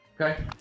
okay